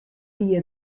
wie